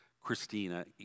Christina